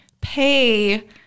pay